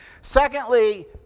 Secondly